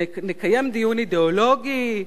נקיים דיון אידיאולוגי.